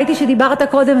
ראיתי שדיברת קודם,